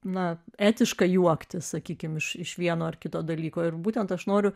na etiška juoktis sakykim iš iš vieno ar kito dalyko ir būtent aš noriu